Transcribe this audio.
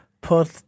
put